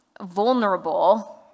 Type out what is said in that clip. vulnerable